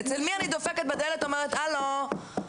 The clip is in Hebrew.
אצל מי אני דופקת בדלת ושואלת מה קורה.